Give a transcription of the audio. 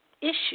issue